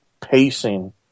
pacing